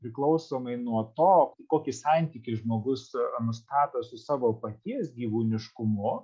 priklausomai nuo to kokį santykį žmogus nustato su savo paties gyvūniškumu